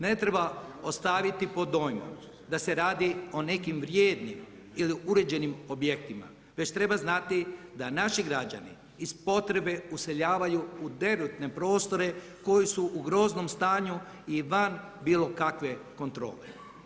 Ne treba ostaviti pod dojmom da se radi o nekim vrijednim ili uređenim objektima već treba znati da naši građani iz potrebe useljavaju u derutne prostore koji su u groznom stanju i van bilokakve kontrole.